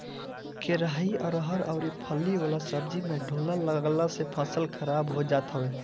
केराई, अरहर अउरी फली वाला सब्जी में ढोला लागला से फसल खराब हो जात हवे